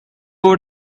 would